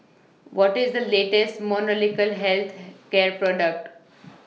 What IS The latest Molnylcke Health Care Product